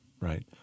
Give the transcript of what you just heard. Right